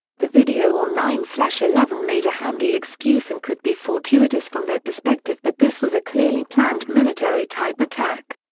the video or nine so so eleven made a handy excuse and could be fortuitous from their perspective but this was a clearly planned military-type attack.